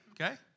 okay